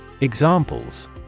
Examples